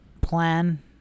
plan